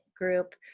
Group